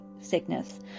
sickness